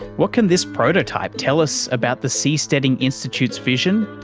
what can this prototype tell us about the seasteading institute's vision?